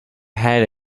had